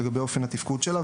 לגבי אופן התפקוד שלה.